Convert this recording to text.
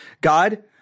God